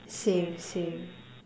same same